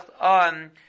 on